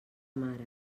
mare